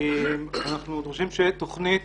אנחנו חושבים שהתוכנית